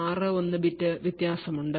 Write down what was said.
61 bit വ്യത്യാസം ഉണ്ട്